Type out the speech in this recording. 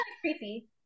creepy